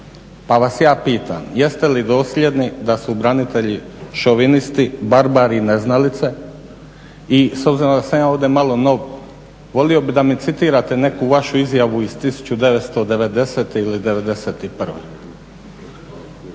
Pa vas ja pitam jeste li dosljedni da su branitelji šovinisti, barbari i neznalice i s obzirom da sam ja ovdje malo nov volio bih da mi citirate neku vašu izjavu iz 1990. ili 1991.